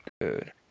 good